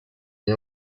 est